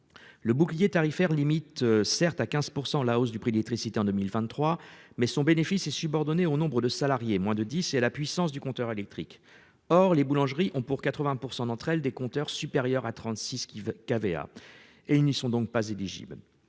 Le bouclier tarifaire limite certes à 15% la hausse du prix d'électricité en 2023 mais son bénéfice est subordonnée au nombre de salariés, moins de 10 et la puissance du compteur électrique. Or les boulangeries ont pour 80% d'entre elles des compteurs supérieurs à 36, qui veut qu'avait ah et il n'y sont donc pas éligibles.